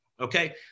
Okay